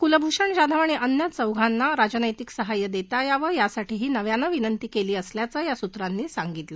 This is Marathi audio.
कुलभूषण जाधव आणि त्विर चौघांना राजनैतिक सहाय्य देता यावं यासाठीही नव्यानं विनंती पाठवली असल्याचं या सूत्रांनी सांगितलं